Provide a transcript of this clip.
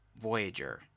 Voyager